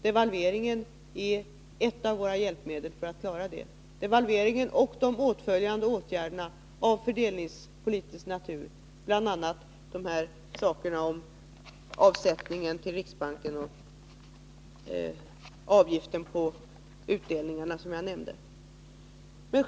Devalveringen och de åtföljande åtgärderna av fördelningspolitisk natur, bl.a. avsättningen till riksbanken och avgiften på utdelningar, som jag nyss nämnde, skall hjälpa oss att klara detta.